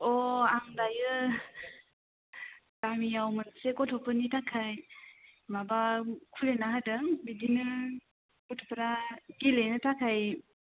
अ आं दायो गामियाव मोनसे गथ'फोरनि थाखाय माबा खुलिना होदों बिदिनो गथ'फ्रा गेलेनो थाखाय